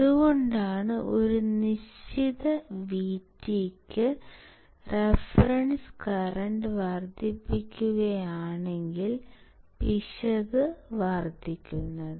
അതുകൊണ്ടാണ് ഒരു നിശ്ചിത VTക്ക് റഫറൻസ് കറന്റ് വർദ്ധിക്കുകയാണെങ്കിൽ പിശക് വർദ്ധിക്കുന്നത്